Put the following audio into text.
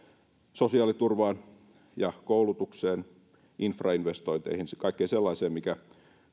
sosiaaliturvaan ja koulutukseen infrainvestointeihin kaikkeen sellaiseen mikä